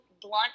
blunt